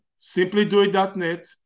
simplydoit.net